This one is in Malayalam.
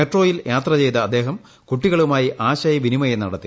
മെട്രോയിൽ യാത്ര ചെയ്ത അദ്ദേഹം കുട്ടികളുമായി ആശ്രിയ്പിനിമയം നടത്തി